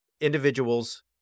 individuals